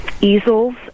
easels